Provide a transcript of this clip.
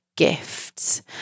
gifts